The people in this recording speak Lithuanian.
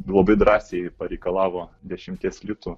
labai drąsiai pareikalavo dešimties litų